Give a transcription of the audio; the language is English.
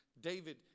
David